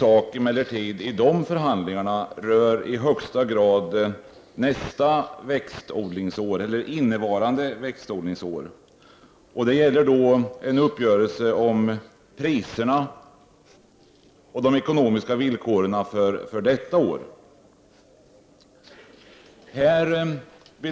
En viktig fråga i de förhandlingarna rör i högsta grad innevarande växtodlingsår; det är en uppgörelse om priserna och de ekonomiska villkoren för detta år.